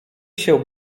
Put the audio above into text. się